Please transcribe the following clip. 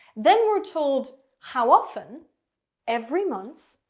then, we're told how often every month.